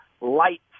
light